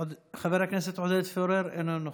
חבר הכנסת עודד פורר, אינו נוכח.